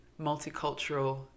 multicultural